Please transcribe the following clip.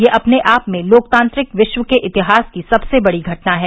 यह अपने आप में लोकतांत्रिक विश्व के इतिहास की सबसे बड़ी घटना है